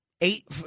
Eight